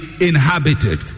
inhabited